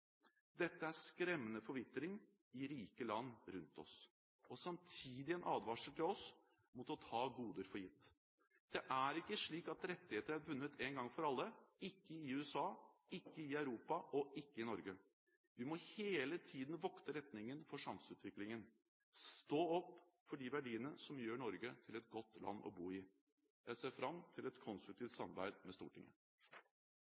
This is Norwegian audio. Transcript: Dette er skremmende forvitring i rike land rundt oss. Samtidig er det en advarsel til oss mot å ta goder for gitt. Det er ikke slik at rettigheter er vunnet én gang for alle, ikke i USA, ikke i Europa og ikke i Norge. Vi må hele tiden vokte retningen for samfunnsutviklingen og stå opp for de verdiene som gjør Norge til et godt land å bo i. Jeg ser fram til et konstruktivt